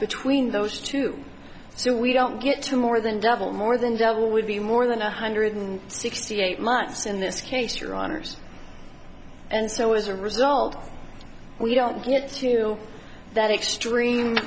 between those two so we don't get to more than double more than double would be more than a hundred and sixty eight months in this case runners and so as a result we don't get that extreme